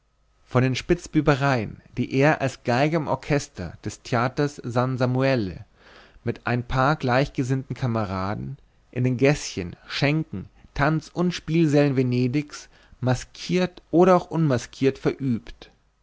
von den spitzbübereien die er als geiger im orchester des theaters san samuele mit ein paar gleichgesinnten kameraden in den gäßchen schenken tanz und spielsälen venedigs maskiert oder auch unmaskiert verübt